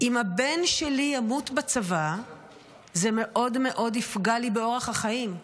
אם הבן שלי ימות בצבא זה מאוד מאוד יפגע לי באורח החיים.